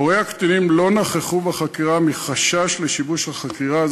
הורי הקטינים לא נכחו בחקירה מחשש לשיבוש החקירה,